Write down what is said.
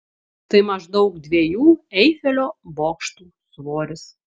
tai maždaug dviejų eifelio bokštų svoris